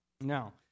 Now